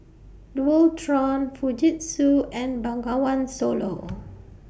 Dualtron Fujitsu and Bengawan Solo